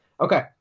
Okay